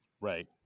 Right